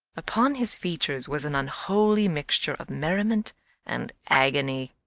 upon his features was an unholy mixture of merriment and agony.